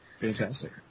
Fantastic